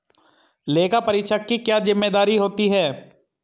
लेखापरीक्षक की क्या जिम्मेदारी होती है?